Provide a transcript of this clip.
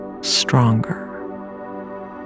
stronger